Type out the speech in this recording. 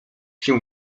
się